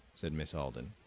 said miss alden,